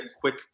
quick